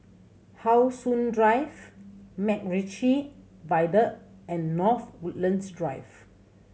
How Sun Drive MacRitchie Viaduct and North Woodlands Drive